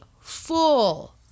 full